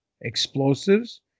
explosives